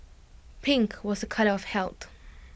pink was A colour of health